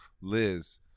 Liz